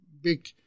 big